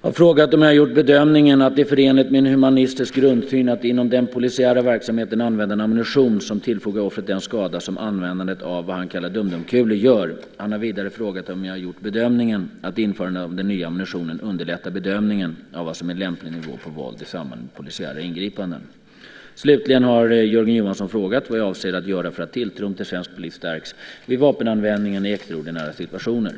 har frågat om jag har gjort bedömningen att det är förenligt med en humanistisk grundsyn att inom den polisiära verksamheten använda en ammunition som tillfogar offret den skada som användandet av vad han kallar dumdumkulor gör. Han har vidare frågat om jag har gjort bedömningen att införandet av den nya ammunitionen underlättar bedömningen av vad som är lämplig nivå på våld i samband med polisiära ingripanden. Slutligen har Jörgen Johansson frågat vad jag avser att göra för att tilltron till svensk polis stärks vid vapenanvändning i extraordinära situationer.